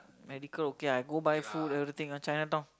medical okay I go buy food everything ah Chinatown